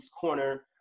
corner